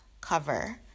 cover